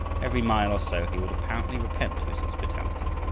every mile or so he would apparently repent of his hospitality.